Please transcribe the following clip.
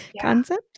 concept